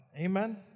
Amen